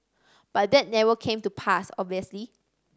but that never came to pass obviously